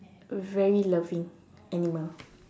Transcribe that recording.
very loving animal